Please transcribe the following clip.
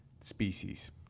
species